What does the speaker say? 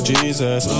Jesus